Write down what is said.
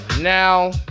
Now